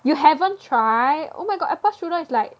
you haven't try oh my god apple strudel is like